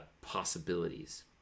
possibilities